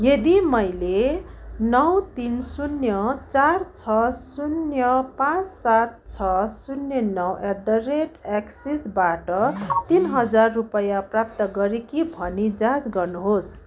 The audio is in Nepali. यदि मैले नौ तिन शून्य चार छ शून्य पाँच सात छ शून्य नौ एट द रेट एक्सिसबाट तिन हजार रुपैयाँ प्राप्त गरेँ कि भनी जाँच गर्नुहोस्